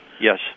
Yes